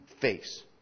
face